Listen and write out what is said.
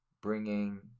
bringing